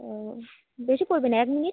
ও বেশি পড়বে না এক মিনিট